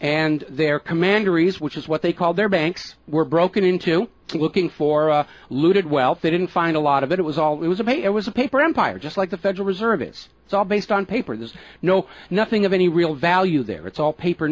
and their commander reis which is what they call their banks were broken into looking for looted wealth they didn't find a lot of it it was all it was a pay it was a paper empire just like the federal reserve is it's all based on paper there's no nothing of any real value there it's all paper